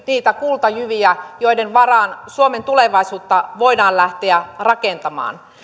niitä kultajyviä joiden varaan suomen tulevaisuutta voidaan lähteä rakentamaan